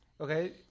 Okay